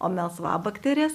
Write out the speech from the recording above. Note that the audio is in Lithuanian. o melsvabakterės